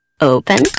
Open